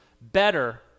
better